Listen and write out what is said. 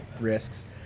risks